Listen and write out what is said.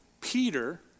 Peter